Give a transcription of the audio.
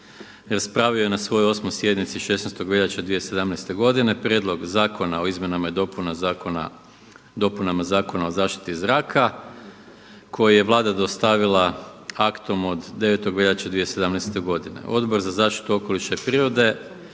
raspravio je na svojoj 8. sjednici 16. veljače 2017. godine Prijedlog zakona o izmjenama i dopunama Zakona o zaštiti zraka koji je Vlada dostavila aktom od 9. veljače 2017. godine. Odbor za zaštitu okoliša i prirode